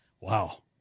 Wow